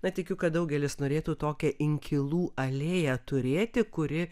na tikiu kad daugelis norėtų tokią inkilų alėją turėti kuri